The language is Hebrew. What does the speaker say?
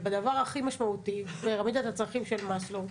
ובדבר הכי משמעותי בפירמידת הצרכים של מאסלו,